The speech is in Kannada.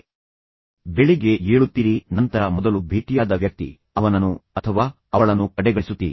ನೀವು ಬೆಳಿಗ್ಗೆ ಏಳುತ್ತೀರಿ ಮತ್ತು ನಂತರ ನೀವು ಮೊದಲು ಭೇಟಿಯಾದ ವ್ಯಕ್ತಿಯು ಅವನನ್ನು ಅಥವಾ ಅವಳನ್ನು ಕಡೆಗಣಿಸುತ್ತೀರಿ